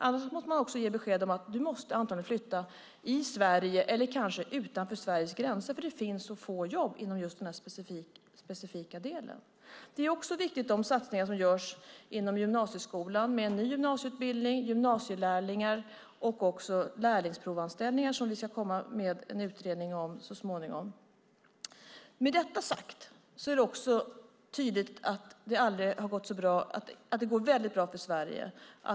Annars måste man ge beskedet: Du måste antagligen flytta inom Sverige eller kanske utanför Sveriges gränser, eftersom det finns så få jobb inom just den specifika delen. Det är också viktigt med de satsningar som görs inom gymnasieskolan med en ny gymnasieutbildning, gymnasielärlingar och också lärlingsprovanställningar, som vi ska komma med en utredning om så småningom. Med detta sagt är det tydligt att det går bra för Sverige.